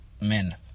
men